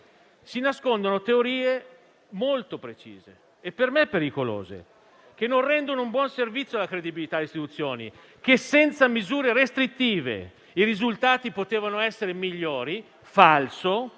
si nascondono teorie molto precise e per me pericolose, che non rendono un buon servizio alla credibilità delle istituzioni: ossia che senza misure restrittive i risultati avrebbero potuto essere migliori (ed